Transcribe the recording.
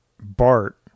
Bart